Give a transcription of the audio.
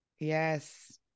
yes